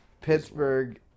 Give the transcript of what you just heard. Pittsburgh